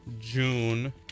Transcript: June